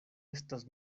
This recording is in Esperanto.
estas